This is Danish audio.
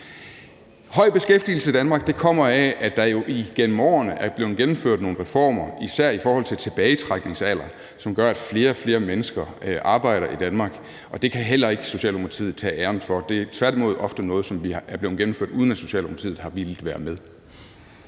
Høj beskæftigelse i Danmark kommer af, at der jo igennem årene er blevet gennemført nogle reformer især i forhold til tilbagetrækningsalder, som gør, at flere og flere mennesker arbejder i Danmark, og det kan Socialdemokratiet heller ikke tage æren for. Det er tværtimod ofte noget, som er blevet gennemført, uden at Socialdemokratiet har villet være med.